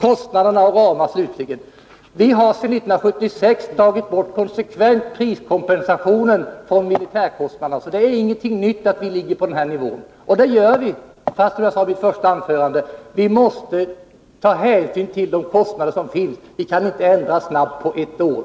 Slutligen några ord om kostnader och kostnadsramar. Vi har sedan 1976 konsekvent tagit bort priskompensation från militärkostnaderna. Det är alltså inte något nytt att kostnaderna enligt våra förslag ligger på den här nivån. Som jag sade i mitt första anförande måste vi ta hänsyn till de kostnader som finns — vi kan inte ändra dem snabbt, inte på ett år.